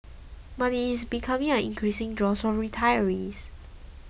but it is becoming an increasing draw for retirees